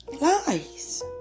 Lies